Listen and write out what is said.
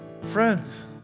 Friends